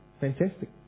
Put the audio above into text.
Fantastic